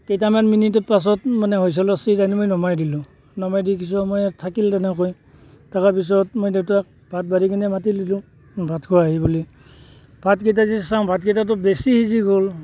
কেইটামান মিনিটৰ পাছত মানে হুইচেলৰ চিট আনি মই নমাই দিলোঁ নমাই দি কিছু সময় থাকিল তেনেকৈ তাৰপিছত মই দেউতাক ভাত বাঢ়ি কিনে মাতি দিলোঁ ভাত খোৱাহি বুলি ভাতকেইটা যি চাওঁ ভাতকেইটাতো বেছি সিজি গ'ল